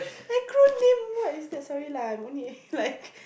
acronym what is that sorry lah I'm only A like